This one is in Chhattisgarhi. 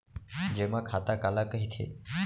जेमा खाता काला कहिथे?